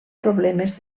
problemes